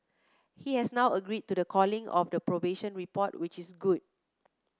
he has now agreed to the calling of the probation report which is good